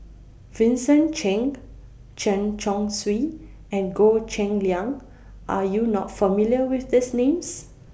Vincent Cheng Chen Chong Swee and Goh Cheng Liang Are YOU not familiar with These Names